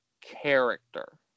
character